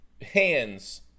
hands